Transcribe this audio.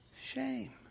shame